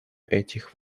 этих